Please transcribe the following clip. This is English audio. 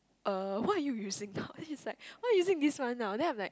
uh what are you using now then she's like why are you using this one now then I'm like